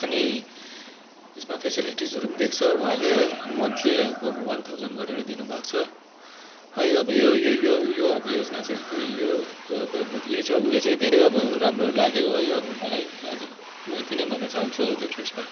अनि यसमा फेसिलिटिसहरू पनि दिएको छ उहाँले है मन्थली वन थाउजन गरेर दिनुभएको छ है अब यो यो यो यो अब यो योजना चाहिँ यो यो चाहिँ अब उयो चाहिँ धेरै राम्रो लाग्यो है अब मलाई हजुर म यति नै भन्नु चाहन्छु हजुर यसमा